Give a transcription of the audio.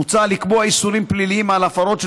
מוצע לקבוע איסורים פליליים על הפרות של